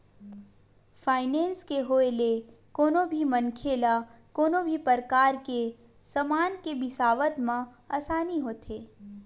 finance के होय ले कोनो भी मनखे ल कोनो भी परकार के समान के बिसावत म आसानी होथे